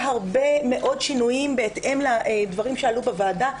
הרבה מאוד שינויים בהתאם לדברים שעלו בוועדה.